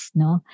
no